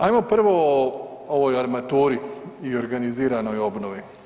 Ajmo prvo o ovoj armaturi i organiziranoj obnovi.